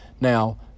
now